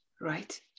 Right